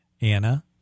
Anna